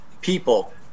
people